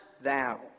thou